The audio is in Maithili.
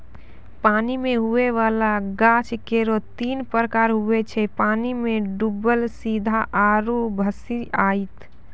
पानी मे हुवै वाला गाछ केरो तीन प्रकार हुवै छै पानी मे डुबल सीधा आरु भसिआइत